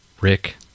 Rick